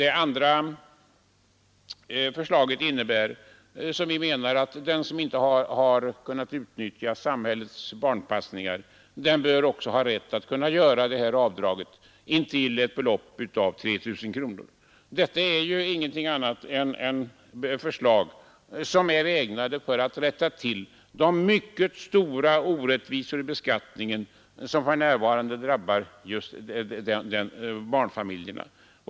Ett annat förslag innebär att den som inte har kunnat utnyttja samhällets barnpassning också skall ha rätt att göra det här avdraget intill ett belopp av 3 000. Detta är ju ingenting annat än förslag som är ägnade att rätta till de mycket stora orättvisor i beskattningen som för närvarande drabbar barnfamiljerna.